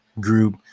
group